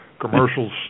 Commercials